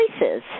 choices